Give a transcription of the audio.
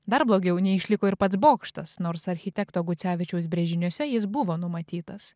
dar blogiau neišliko ir pats bokštas nors architekto gucevičiaus brėžiniuose jis buvo numatytas